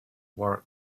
war